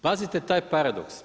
Pazite taj paradoks.